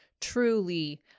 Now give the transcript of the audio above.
truly